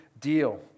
deal